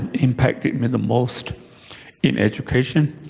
impacted me the most in education?